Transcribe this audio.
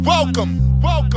Welcome